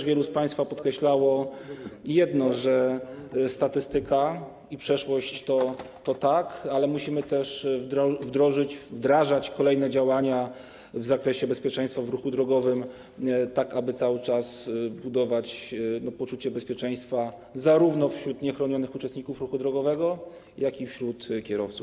Wielu z państwa podkreślało jedno, że statystyka i przeszłość, tak, ale musimy też wdrażać kolejne działania w zakresie bezpieczeństwa w ruchu drogowym, tak aby cały czas budować poczucie bezpieczeństwa zarówno wśród niechronionych uczestników ruchu drogowego, jak i wśród kierowców.